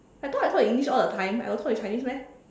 I thought I talk in English all the time I got talk in Chinese meh